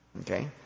Okay